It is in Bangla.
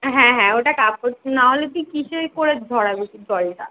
হ্যাঁ হ্যাঁ ওটা কাপড় নাহলে তুই কীসে করে ঝরাবি কি জলটা